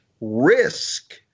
risk